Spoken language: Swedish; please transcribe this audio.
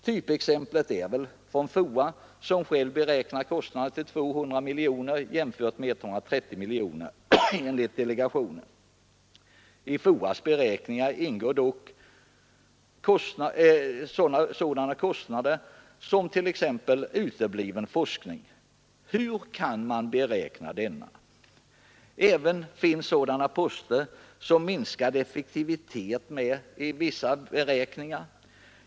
Typexemplet är FOA, som själv beräknar kostnaderna till 200 miljoner jämfört med 130 miljoner enligt delegationen. I FOA :s beräkningar ingår dock även kostnader av typen utebliven forskning. Hur kan man nu beräkna dem? Ävenledes finns i vissa verksberäkningar sådana poster med som minskad effektivitet.